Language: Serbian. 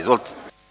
Izvolite.